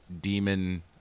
Demon